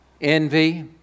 envy